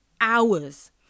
hours